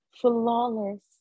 flawless